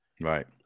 right